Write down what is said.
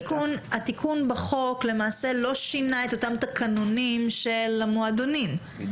התיקון בחוק למעשה לא שינה את אותם תקנונים של המועדונים,